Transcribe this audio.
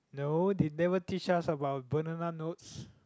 no they never teach us about banana notes